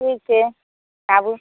ठीक छै आबू